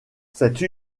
cette